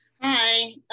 Hi